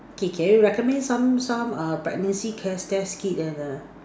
okay can you recommend some some err pregnancy test test kit and err